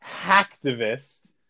hacktivist